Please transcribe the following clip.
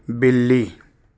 بلی